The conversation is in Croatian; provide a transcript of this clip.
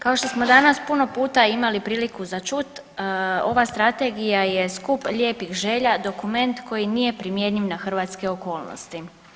Kao što smo danas puno puta imali priliku za čuti, ova Strategija je skup lijepih želja, dokument koji nije primjenjiv na hrvatske okolnosti.